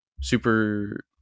super